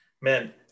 Man